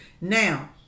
Now